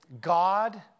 God